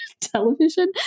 television